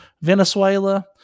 Venezuela